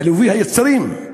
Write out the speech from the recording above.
בליבוי היצרים.